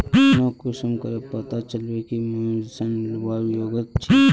मोक कुंसम करे पता चलबे कि मुई ऋण लुबार योग्य छी?